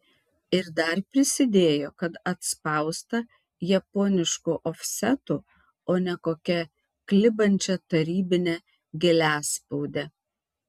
ir dar prisidėjo kad atspausta japonišku ofsetu o ne kokia klibančia tarybine giliaspaude